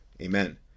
Amen